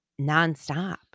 nonstop